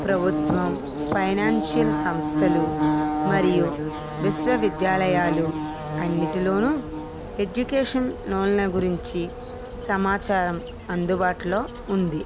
ప్రభుత్వం ఫైనాన్షియల్ సంస్థలు మరియు విశ్వ విద్యాలయాలు అన్నిటిలోను ఎడ్యుకేషన్ లోన్ల గురించి సమాచారం అందుబాటులో ఉంది